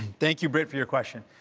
thank you, britt, for your question.